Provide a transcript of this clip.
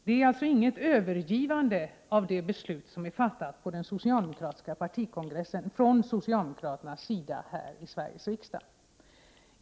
Det handlar inte om något övergivande från socialdemokraternas sida här i Sveriges riksdag av det beslut som är fattat på den socialdemokratiska partikongressen.